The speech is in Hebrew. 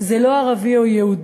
זה לא ערבי או יהודי,